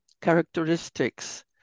characteristics